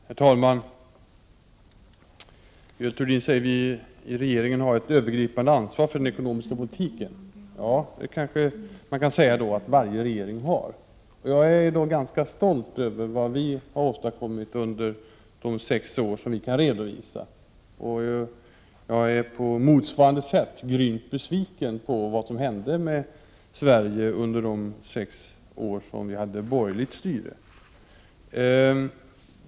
Herr talman! Görel Thurdin säger att regeringen har ett övergripande ansvar för den ekonomiska politiken. Ja, det kanske man kan säga att varje regering har. Jag är ganska stolt över vad vi har åstadkommit under de sex år som vi kan redovisa. Jag är på motsvarande sätt grymt besviken över vad som hände med Sverige under de sex år som vi hade borgerligt styre.